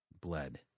bled